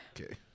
okay